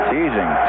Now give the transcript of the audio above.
Teasing